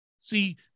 See